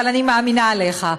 אבל אני מאמינה עליך.